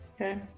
Okay